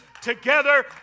together